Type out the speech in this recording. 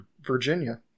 virginia